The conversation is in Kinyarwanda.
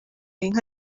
inka